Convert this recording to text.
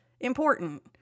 important